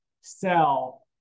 sell